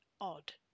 odd